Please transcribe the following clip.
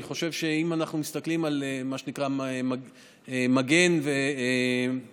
אני חושב שאם אנחנו מסתכלים על מה שנקרא "מגן" והיכולת